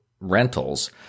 rentals